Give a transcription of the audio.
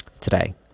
Today